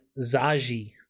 Zaji